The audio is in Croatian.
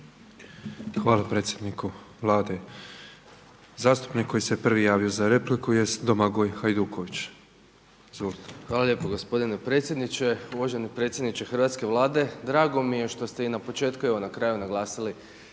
Hvala predsjedniku Vlade. Zastupnik koji se prvi javio za repliku jest Domagoj Hajduković. **Hajduković, Domagoj (SDP)** Hvala lijepo gospodine predsjedniče. Uvaženi predsjedniče hrvatske Vlade drago mi je što ste i na početku i evo na kraju naglasili